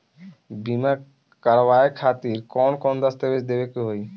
बीमा करवाए खातिर कौन कौन दस्तावेज़ देवे के होई?